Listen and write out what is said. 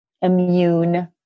immune